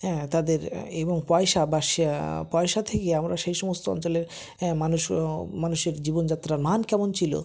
হ্যাঁ তাদের এবং পয়সা বা স্ পয়সা থেকে আমরা সেই সমস্ত অঞ্চলের হ্যাঁ মানুষ ও মানুষের জীবনযাত্রার মান কেমন ছিল